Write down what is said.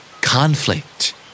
Conflict